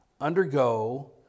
undergo